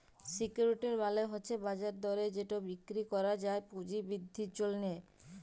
security মালে হছে বাজার দরে যেট বিক্কিরি ক্যরা যায় পুঁজি বিদ্ধির জ্যনহে